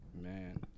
Man